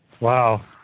Wow